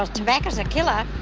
tobacco's a killer.